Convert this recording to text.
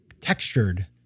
textured